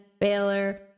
Baylor